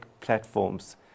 platforms